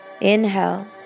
Inhale